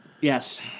Yes